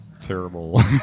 terrible